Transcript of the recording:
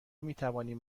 میتوانیم